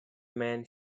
man